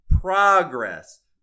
progress